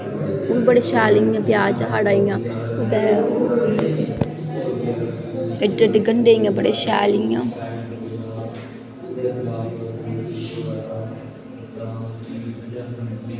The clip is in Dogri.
बड़े शैल इ'यां साढ़ै प्याज इ'यां होंदा एड्डे एड्डे गंडे बड़े शैल इ'यां